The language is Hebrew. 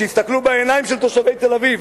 יסתכלו בעיניים של תושבי תל-אביב,